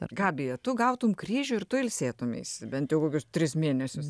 gabija tu gautum kryžių ir tu ilsėtumeisi bent jau kokius tris mėnesius